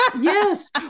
Yes